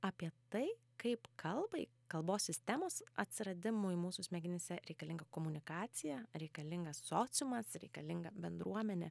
apie tai kaip kalbai kalbos sistemos atsiradimui mūsų smegenyse reikalinga komunikacija reikalingas sociumas reikalinga bendruomenė